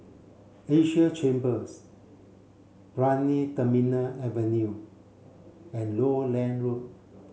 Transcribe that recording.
Asia Chambers Brani Terminal Avenue and Lowland Road